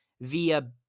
via